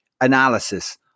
analysis